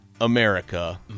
America